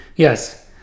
Yes